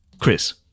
Chris